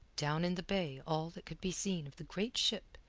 down in the bay all that could be seen of the great ship,